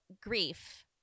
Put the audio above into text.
grief